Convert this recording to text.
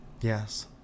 Yes